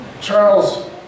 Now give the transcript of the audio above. Charles